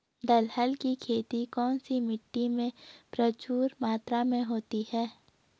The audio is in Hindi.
दलहन की खेती कौन सी मिट्टी में प्रचुर मात्रा में होती है?